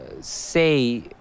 say